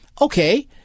Okay